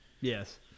yes